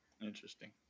Interesting